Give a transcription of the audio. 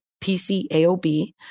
PCAOB